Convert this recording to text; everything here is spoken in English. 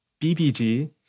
BBG